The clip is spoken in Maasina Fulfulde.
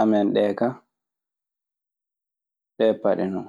amen ɗee ka, ɗee paɗe non.